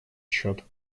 счет